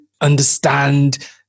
understand